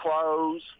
clothes